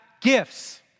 gifts